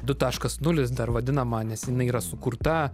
du taškas nulis dar vadinama nes jinai yra sukurta